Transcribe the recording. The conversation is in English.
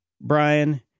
Brian